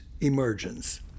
emergence